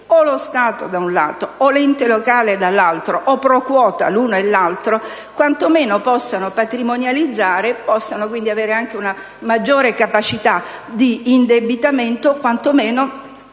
lo Stato, da un lato, o l'ente locale, dall'altro, o *pro-quota* l'uno e l'altro, quanto meno possono patrimonializzare ed avere una maggiore capacità d'indebitamento, o quanto meno